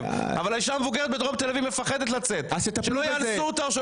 אבל האישה המבוגרת בדרום תל אביב מפחדת לצאת שלא יאנסו אותה.